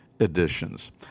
editions